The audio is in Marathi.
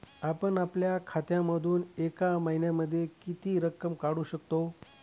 आपण आपल्या खात्यामधून एका महिन्यामधे किती रक्कम काढू शकतो?